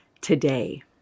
today